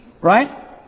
Right